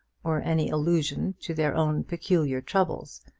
or any allusion to their own peculiar troubles.